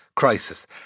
crisis